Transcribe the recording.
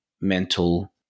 mental